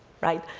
right?